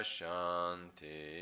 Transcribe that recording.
Shanti